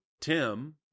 tim